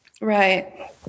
Right